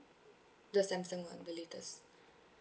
the samsung one the latest